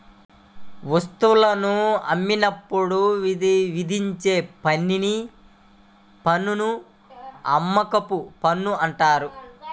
వస్తువులను అమ్మినప్పుడు విధించే పన్నుని అమ్మకపు పన్ను అంటారు